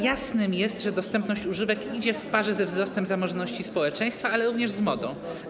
Jasne jest, że dostępność używek idzie w parze ze wzrostem zamożności społeczeństwa, ale również z modą.